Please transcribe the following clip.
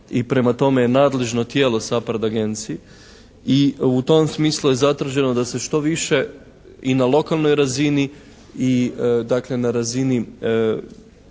i prema tome je nadležno tijelo SAPARD agenciji. I u tom smislu je zatraženo da se što više i na lokalnoj razini i dakle na razini